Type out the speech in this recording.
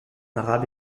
arabe